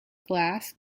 glass